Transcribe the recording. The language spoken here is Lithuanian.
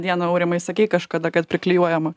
dieną aurimai sakei kažkada kad priklijuojama